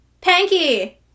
Panky